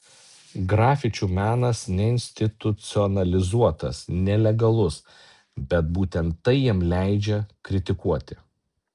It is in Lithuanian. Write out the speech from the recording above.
grafičių menas neinstitucionalizuotas nelegalus bet būtent tai jam leidžia kritikuoti